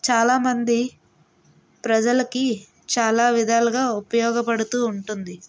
చాల మంది ప్రజలకి చాలా విధాలుగా ఉపయోగపడుతు ఉంటుంది